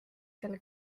selle